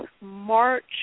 March